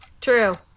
True